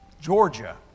Georgia